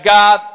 God